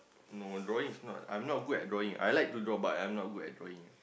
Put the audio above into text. no drawing is not I'm not good at drawing I like to draw but I'm not good at drawing